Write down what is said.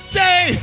day